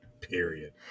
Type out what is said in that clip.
period